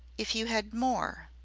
if you had more?